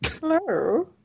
Hello